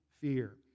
fear